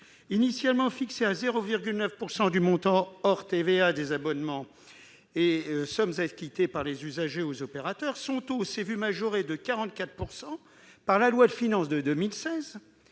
Initialement fixée à 0,9 % du montant hors TVA des abonnements et sommes acquittés par les usagers aux opérateurs, son taux a été majoré de 44 % par la loi de finances pour 2016,